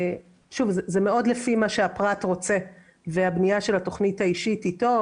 זה מאוד לפי מה שהפרט רוצה והבנייה של התכנית האישית אתו,